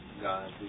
God